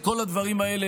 כל הדברים האלה,